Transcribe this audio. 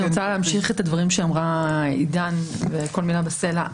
אני רוצה להמשיך את הדברים שאמרה עידן וכל מילה בסלע.